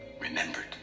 remembered